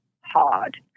hard